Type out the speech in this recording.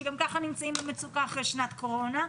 שגם ככה נמצאים במצוקה אחרי שנת קורונה,